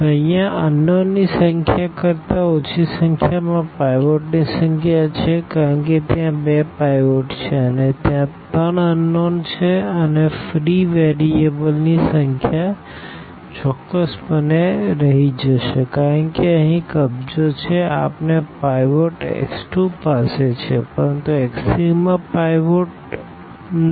તેથી અહિયા અનનોન ની સંખ્યા કરતા ઓછી સંખ્યામાં પાઈવોટની સંખ્યા છે કારણ કે ત્યાં બે પાઈવોટ છે અને ત્યાં ત્રણ અનનોનછે અને ફ્રી વેરીએબલની સંખ્યા ચોક્કસપણે રહી જશે કારણ કે અહીં કબજો છે આપણે પાઈવોટx2પાસે છે પરંતુ x3 માં પાઈવોટનથી